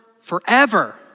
forever